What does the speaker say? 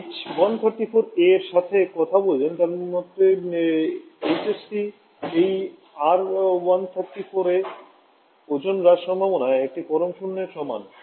আপনি যে H134a এর সাথে কথা বলছেন তার মত এইচএফসি এই আর 134 এ এর ওজোন হ্রাস সম্ভাবনা একটি পরম শূন্যের সমান